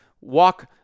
Walk